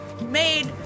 made